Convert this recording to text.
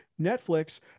Netflix